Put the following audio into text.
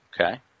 Okay